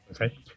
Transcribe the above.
Okay